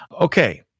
Okay